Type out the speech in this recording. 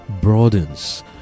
broadens